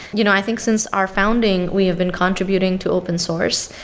you know i think since our founding, we have been contributing to open source.